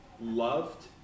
loved